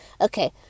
okay